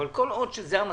כל עוד זה המצב,